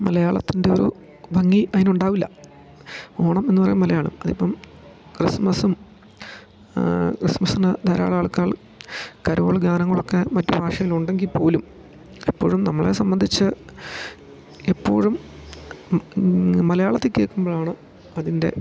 മലയാളത്തിൻ്റെ ഒരു ഭംഗി അയിനുണ്ടാവില്ല ഓണം എന്ന് പറയും മലയാളം അതിപ്പം ക്രിസ്മസും ക്രിസ്മസിന് ധാരാളം ആൾക്കാൾ കരോള് ഗാനങ്ങളൊക്കെ മറ്റ് ഭാഷേലുണ്ടെങ്കി പോലും എപ്പഴും നമ്മളെ സംബന്ധിച്ച് എപ്പോഴും മലയാളത്ത് കേക്കുമ്പഴാണ് അതിൻ്റെ